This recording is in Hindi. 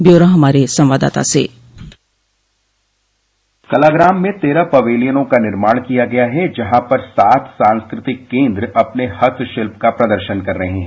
ब्योरा हमारे संवाददाता से कलाग्राम में तेरह पबेलियनों का निर्माण किया गया है जहां पर सात सांस्कृतिक केन्द्र अपने हस्त शिल्प का प्रदर्शन कर रहे हैं